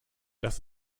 das